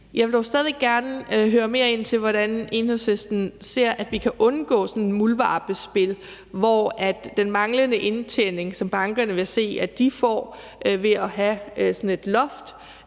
Jeg vil dog stadig gerne høre mere om, hvordan Enhedslisten ser vi at kan undgå sådan et muldvarpespil i forhold til den manglende indtjening, som bankerne vil se at de får ved at have sådan et loft.